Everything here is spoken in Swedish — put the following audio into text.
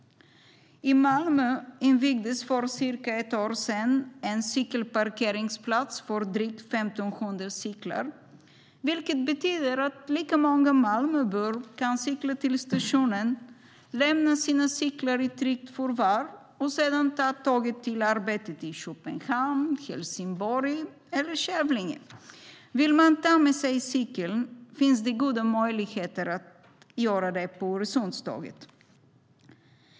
I Malmö invigdes för cirka ett år sedan en cykelparkeringsplats för drygt 1 500 cyklar, vilket betyder att lika många Malmöbor kan cykla till stationen, lämna sina cyklar i tryggt förvar och sedan ta tåget till arbetet i Köpenhamn, Helsingborg eller Kävlinge. Vill man ta med sig cykeln finns goda möjligheter till det på Öresundstågen.